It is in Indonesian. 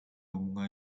bunga